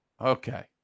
Okay